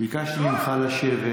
ביקשתי ממך לשבת.